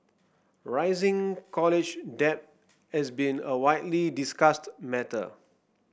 rising college debt has been a widely discussed matter